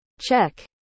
Check